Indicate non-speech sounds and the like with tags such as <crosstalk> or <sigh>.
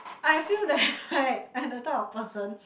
I feel that <laughs> I'm the type of person